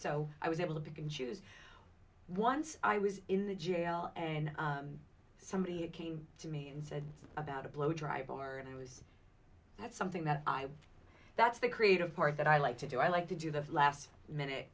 so i was able to pick and choose once i was in the jail and somebody came to me and said about a blow drive or it was that's something that i that's the creative part that i like to do i like to do the last minute